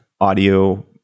audio